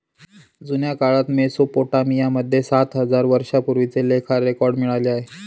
जुन्या काळात मेसोपोटामिया मध्ये सात हजार वर्षांपूर्वीचे लेखा रेकॉर्ड मिळाले आहे